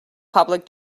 public